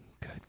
Good